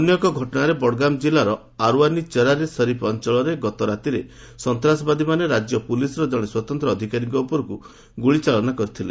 ଅନ୍ୟ ଏକ ଘଟଣାରେ ବଡ଼ଗାମ୍ କିଲ୍ଲାର ଆରଓ୍ୱାନି ଚରାର୍ ଇ ସରିଫ୍ ଅଞ୍ଚଳରେ ଗତରାତିରେ ସନ୍ତ୍ରାସବାଦୀମାନେ ରାଜ୍ୟ ପୁଲିସ୍ର ଜଣେ ସ୍ୱତନ୍ତ୍ର ଅଧିକାରୀଙ୍କ ଉପରକୁ ଗୁଳି ଚାଳନା କରିଥିଲେ